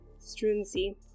Strunzi